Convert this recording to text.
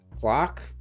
clock